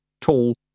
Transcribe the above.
Tall